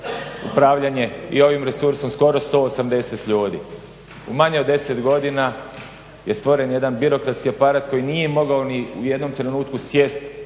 upravljanje i ovim resursom skoro 180 ljudi. U manje od 10 godina je stvoren jedan birokratski aparat koji nije mogao ni u jednom trenutku sjesti